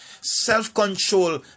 self-control